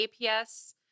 APS